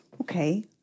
Okay